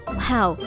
Wow